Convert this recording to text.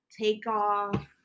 takeoff